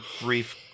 brief